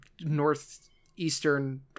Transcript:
Northeastern